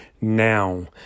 now